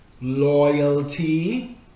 loyalty